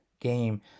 game